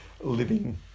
living